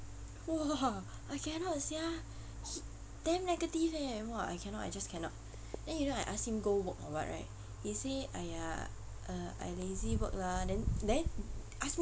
!wah! I cannot sia he damn negative eh !wah! I cannot I just cannot then you know I asked him go work or what right he say !aiya! uh I lazy work lah then then ask me